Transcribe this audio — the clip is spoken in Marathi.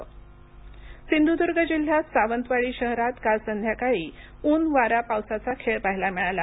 पाऊस सिंधूदूर्ग जिल्ह्यात सावंतवाडी शहरात काल संध्याकाळी ऊन वारा पावसाचा खेळ पाहायला मिळाला